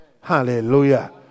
Hallelujah